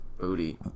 booty